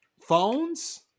Phones